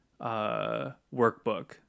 workbook